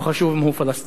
לא חשוב אם הוא פלסטיני,